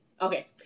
Okay